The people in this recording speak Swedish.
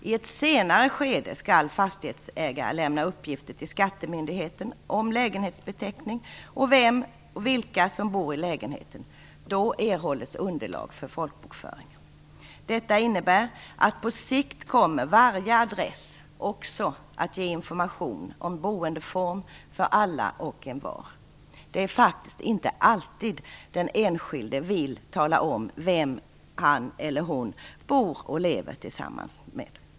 I ett senare skede skall fastighetsägare lämna uppgifter till skattemyndigheten om lägenhetsbeteckning och om vem/vilka som bor i lägenheten. Då erhålles underlag för folkbokföringen. Detta innebär att varje adress på sikt också kommer att ge information om boendeform för alla och envar. Men det är faktiskt inte alltid som den enskilde vill tala om vem han eller hon bor och lever tillsammans med.